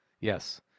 Yes